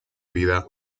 vida